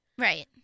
Right